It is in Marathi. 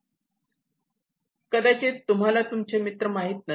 तुम्हाला कदाचित तुमचे मित्र माहित नसतील